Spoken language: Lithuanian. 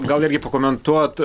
gal netgi pakomentuot